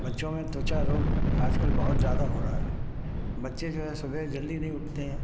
बच्चों में त्वचा रोग आजकल बहुत ज्यादा हो रहा है बच्चे जो है सबेरे जल्दी नहीं उठतें हैं